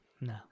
No